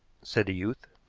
said the youth.